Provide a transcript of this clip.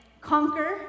conquer